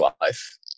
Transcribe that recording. life